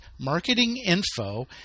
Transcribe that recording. marketinginfo